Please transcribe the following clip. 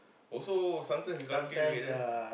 also sometimes we karaoke together